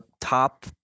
top